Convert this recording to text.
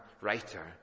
writer